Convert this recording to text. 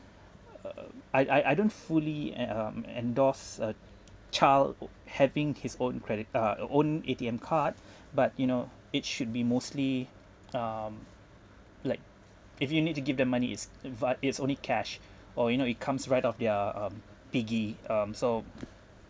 I I I don't fully en~ um endorse a child or having his own credit uh a own A_T_M card but you know it should be mostly um like if you need to give them money is but it's only cash or you know it comes right off their um piggy um so